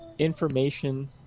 information